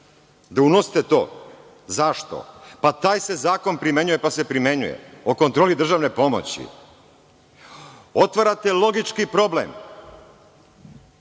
da unosite to. Zašto? Taj se zakon primenjuje pa se primenjuje, o kontroli državne pomoći. Otvarate logički problem.